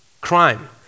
Crime